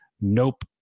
nope